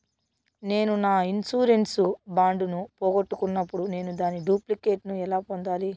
నేను నా insurance bond ను పోగొట్టుకున్నప్పుడు నేను దాని డూప్లికేట్ ను ఎలా పొందాలి?